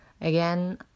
again